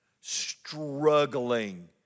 struggling